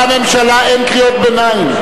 לחברי הממשלה אין קריאות ביניים.